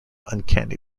uncanny